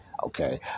Okay